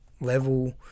level